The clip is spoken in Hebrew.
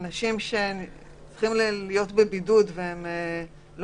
הרי לגבי אנשים שצריכים להיות בבידוד במלונית ולא